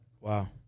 Wow